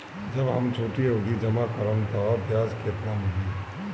जब हम छोटी अवधि जमा करम त ब्याज केतना मिली?